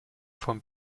vom